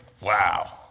Wow